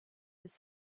his